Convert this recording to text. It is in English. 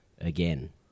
again